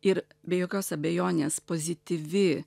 ir be jokios abejonės pozityvi